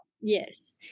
Yes